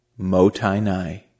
motainai